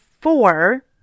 four